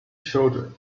children